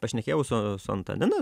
pašnekėjau su su antanina